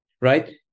right